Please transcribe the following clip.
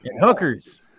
hookers